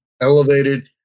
elevated